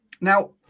now